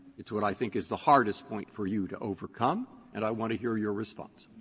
it's what i think is the hardest point for you to overcome. and i want to hear your response.